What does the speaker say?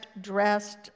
dressed